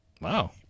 Wow